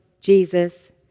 Jesus